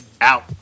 out